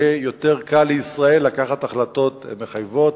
יהיה יותר קל לישראל לקבל החלטות מחייבות.